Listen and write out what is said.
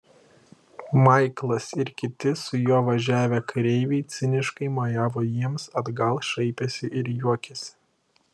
maiklas ir kiti su juo važiavę kareiviai ciniškai mojavo jiems atgal šaipėsi ir juokėsi